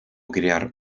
crear